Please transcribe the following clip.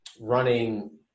running